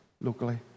locally